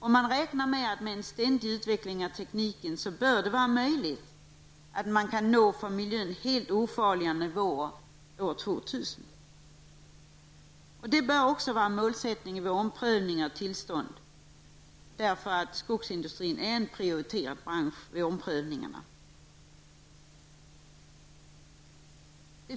Med en ständigt pågående utveckling av tekniken bör det vara möjligt att nå för miljön helt ofarliga nivåer på utsläppen fram till år 2000. Det bör också vara målsättningen vid omprövningar av tillstånd. Skogsindustrin är en prioriterad bransch därvidlag.